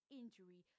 injury